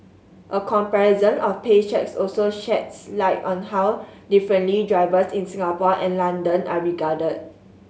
a comparison of pay cheques also sheds light on how differently drivers in Singapore and London are regarded